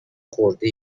خورده